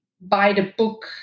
by-the-book